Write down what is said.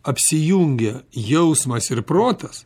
apsijungia jausmas ir protas